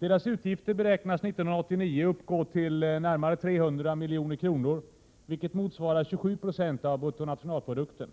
Deras utgifter beräknas 1989 uppgå till närmare 300 miljarder kronor, vilket motsvarar 27 26 av BNP.